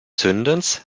zündens